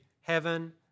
heaven